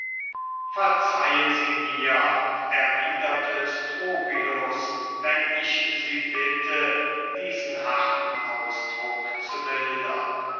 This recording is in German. verzeihen sie mir erwiderte strobylus wenn ich sie bitte diesen harten ausdruck zu mildern